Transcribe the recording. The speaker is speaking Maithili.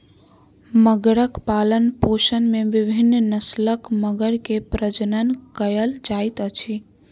मगरक पालनपोषण में विभिन्न नस्लक मगर के प्रजनन कयल जाइत अछि